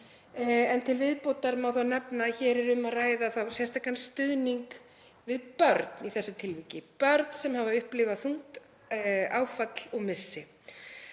en til viðbótar má nefna að hér er um að ræða sérstakan stuðning við börn í þessu tilviki, börn sem hafa upplifað þungt áfall og missi.